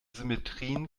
symmetrien